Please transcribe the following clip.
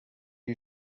you